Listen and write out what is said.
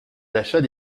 d’achat